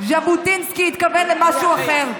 ז'בוטינסקי התכוון למשהו אחר.